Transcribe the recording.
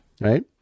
right